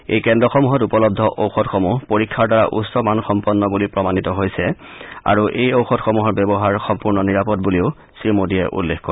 এই কেন্দ্ৰসমূহত উপলব্ধ ঔষধসমূহ পৰীক্ষাৰ দ্বাৰা উচ্চ মানসম্পন্ন বুলি প্ৰমাণিত হৈছে আৰু এই ঔষধসমূহৰ ব্যৱহাৰ সম্পূৰ্ণ নিৰাপদ বুলিও শ্ৰীমোদীয়ে উল্লেখ কৰে